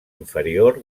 inferior